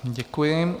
Děkuji.